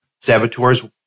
saboteurs